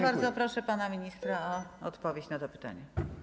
Bardzo proszę pana ministra o odpowiedź na to pytanie.